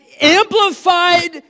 amplified